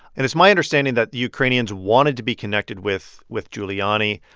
and it's my understanding that the ukrainians wanted to be connected with with giuliani.